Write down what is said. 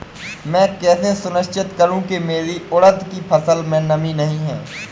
मैं कैसे सुनिश्चित करूँ की मेरी उड़द की फसल में नमी नहीं है?